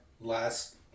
last